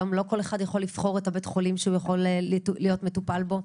היום לא כל אחד יכולה לבחור את בית החולים שהוא יכול להיות מטופל בו,